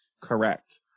Correct